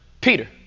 Peter